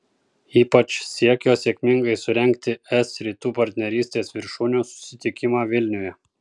ypač siekio sėkmingai surengti es rytų partnerystės viršūnių susitikimą vilniuje